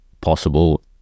possible